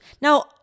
Now